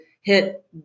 hit